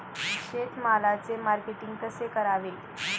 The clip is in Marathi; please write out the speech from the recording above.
शेतमालाचे मार्केटिंग कसे करावे?